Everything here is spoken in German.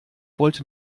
wollte